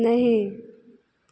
नहि